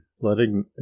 letting